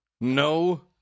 no